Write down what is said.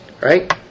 Right